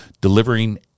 Delivering